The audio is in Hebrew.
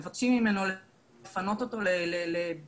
מבקשים ממנו לפנות אותו לבדיקות,